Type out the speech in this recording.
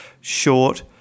Short